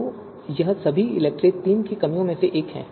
तो यह भी इलेक्ट्री III की कमियों में से एक है